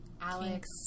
Alex